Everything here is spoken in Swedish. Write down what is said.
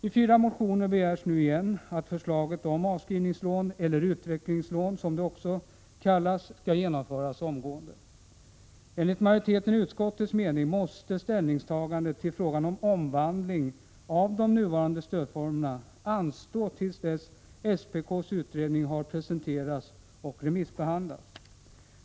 I fyra motioner begärs nu igen att förslaget om avskrivningslån eller utvecklingslån, som de också kallas, skall genomföras omgående. Enligt utskottsmajoritetens mening måste ställningstagandet till frågan om omvandling av de nuvarande stödformerna anstå till dess SPK:s utredning har presenterats och remissbehandlats.